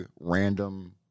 random